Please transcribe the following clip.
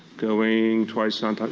going twice on but